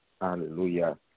Hallelujah